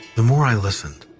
the more i listened,